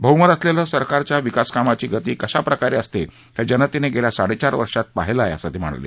बहुमत असलेलं सरकारच्या विकासकामांची गती कशाप्रकारे असते हे जनतेनं गेल्या साडेचार वर्षात पाहिलं आहे असं ते म्हणाले